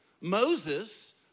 Moses